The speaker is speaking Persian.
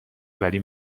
ولی